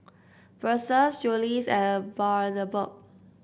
Versace Julie's and Bundaberg